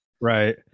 right